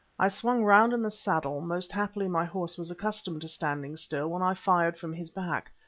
i swung round in the saddle most happily my horse was accustomed to standing still when i fired from his back,